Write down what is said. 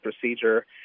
procedure